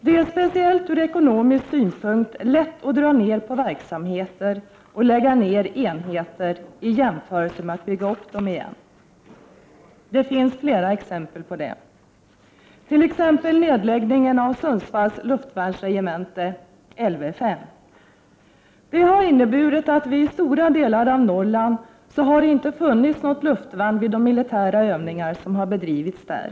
Det är speciellt ur ekonomisk synpunkt lätt att dra ned på verksamheter och lägga ned enheter i jämförelse med att bygga upp dem igen. Det finns flera exempel på det, t.ex. nedläggningen av Sundsvalls luftvärnsregemente, Lv 5. Det har inneburit att det i stora delar av Norrland inte har funnits något luftvärn vid de militära övningar som har bedrivits där.